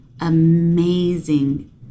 amazing